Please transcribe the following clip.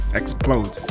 explode